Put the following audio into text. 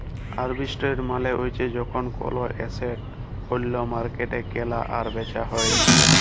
arbitrage মালে হ্যচ্যে যখল কল এসেট ওল্য মার্কেটে কেলা আর বেচা হ্যয়ে